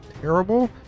terrible